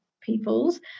peoples